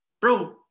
bro